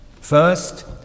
First